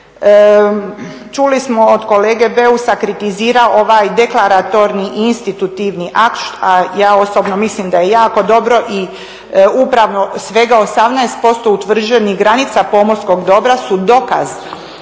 Čuli smo od kolege Beusa kritizira ovaj deklaratorni institutivni akt, a ja osobno mislim da je jako dobro i upravo svega 18% utvrđenih granica pomorskog dobra su dokaz